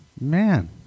man